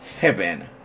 heaven